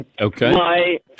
Okay